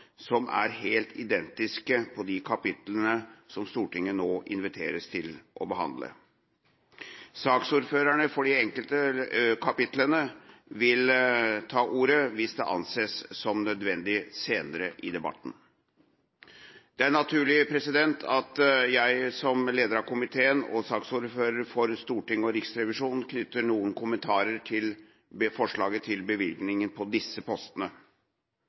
som er helt identisk med de kapitlene som Stortinget nå inviteres til å behandle. Saksordførerne for de enkelte kapitlene vil ta ordet, hvis det anses nødvendig, senere i debatten. Det er naturlig at jeg, som leder av komiteen og ordfører for kapitlene Stortinget og Riksrevisjonen, knytter noen kommentarer til forslaget til bevilgninger under disse